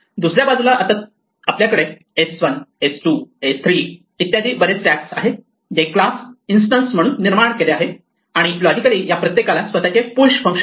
दुसऱ्या बाजूला आता तुमचे आपल्याकडे s1 s2 s3 इत्यादी बरेच स्टॅक आहेत जे क्लास इस्टन्स म्हणून निर्माण केले आहेत आणि लॉजिकली या प्रत्येकाला स्वतःचे पुश फंक्शन आहे